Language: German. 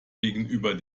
gegenüber